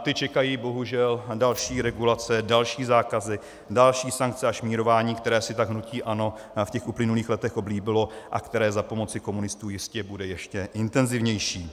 Ty čekají bohužel další regulace, další zákazy, další sankce a šmírování, které si hnutí ANO v těch uplynulých letech tak oblíbilo a které za pomoci komunistů jistě bude ještě intenzivnější.